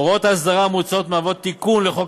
הוראות האסדרה המוצעות מהוות תיקון לחוק